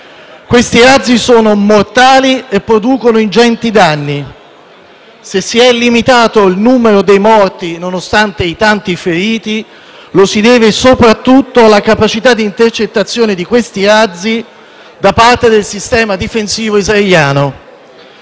Questi razzi sono mortali e producono ingenti danni. Se si è limitato il numero dei morti, nonostante i tanti feriti, lo si deve soprattutto alla capacità di intercettazione dei razzi da parte del sistema difensivo israeliano.